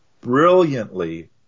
brilliantly